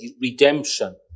redemption